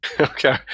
Okay